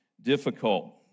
difficult